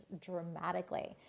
dramatically